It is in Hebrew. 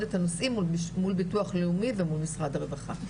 את הנושאים מול ביטוח לאומי ומול משרד הרווחה,